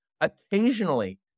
occasionally